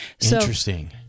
Interesting